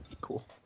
cool